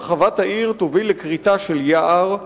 הרחבת העיר תוביל לכריתה של יער,